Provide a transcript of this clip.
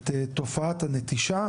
את תופעת הנטישה